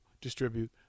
distribute